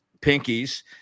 Pinkies